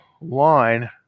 line